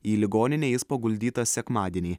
į ligoninę jis paguldytas sekmadienį